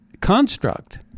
construct